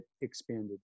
expanded